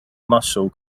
muscle